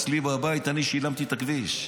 אצלי בבית, אני שילמתי על הכביש.